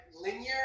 linear